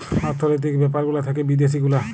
অর্থলৈতিক ব্যাপার গুলা থাক্যে বিদ্যাসি গুলা